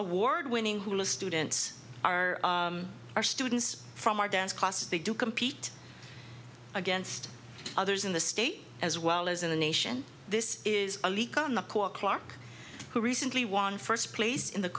award winning hula students are our students from our dance classes they do compete against others in the state as well as in the nation this is a leak on the core clark who recently won first place in the